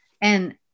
and-